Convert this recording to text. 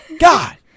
God